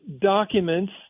documents